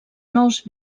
nous